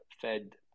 fed